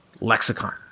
lexicon